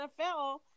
NFL